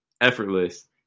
effortless